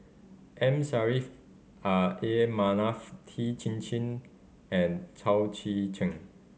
M Saffri ah A Manaf Tan Chin Chin and Chao Tzee Cheng